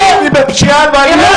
מתעסקים בפשיעה בחברה